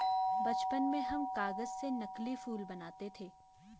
बचपन में हम कागज से नकली फूल बनाते थे